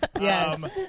Yes